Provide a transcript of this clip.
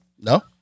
No